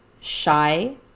shy